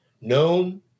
Known